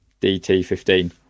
DT15